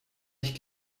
ich